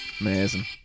amazing